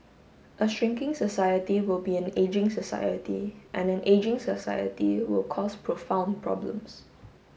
a shrinking society will be an ageing society and an ageing society will cause profound problems